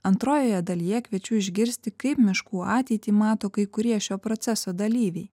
antrojoje dalyje kviečiu išgirsti kaip miškų ateitį mato kai kurie šio proceso dalyviai